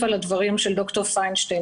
על הדברים של דוקטור פיינשטיין.